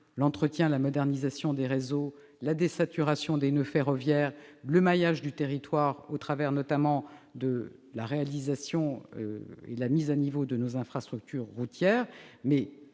l'entretien et la modernisation des réseaux, la désaturation des noeuds ferroviaires et le maillage du territoire, au travers notamment de la réalisation et de la mise à niveau de nos infrastructures routières.